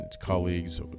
colleagues